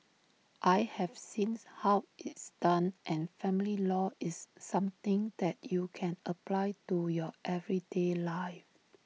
I have seems how it's done and family law is something that you can apply to your everyday life